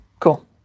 Cool